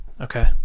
Okay